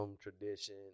tradition